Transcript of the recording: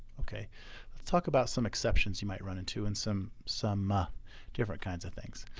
okay let's talk about some exceptions. you might run into in some some ah different kinds of things.